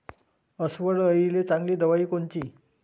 अस्वल अळीले चांगली दवाई कोनची?